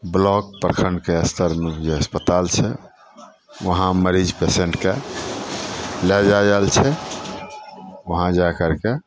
block प्रखण्डके स्तरमे जे अस्पताल छै वहाँ मरीज पेशेन्टके लए जा जाइ छै वहाँ जा करिके